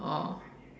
oh